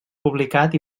publicat